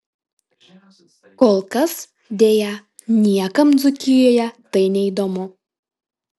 kol kas deja niekam dzūkijoje tai neįdomu